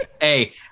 hey